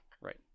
right